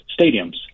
stadiums